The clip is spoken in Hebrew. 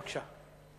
בבקשה.